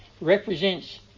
represents